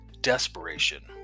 desperation